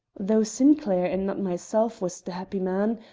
though sinclair, and not myself, was the happy man,